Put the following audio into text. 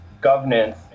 governance